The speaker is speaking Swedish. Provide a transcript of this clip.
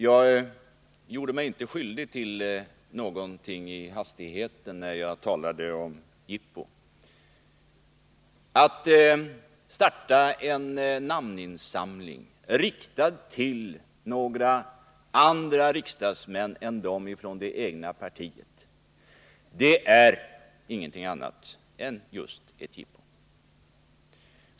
Jag gjorde mig inte skyldig till någonting i hastigheten när jag talade om jippo. Att starta en namninsamling riktad till några andra riksdagsmän än dem ifrån det egna partiet, det är ingenting annat än just ett jippo.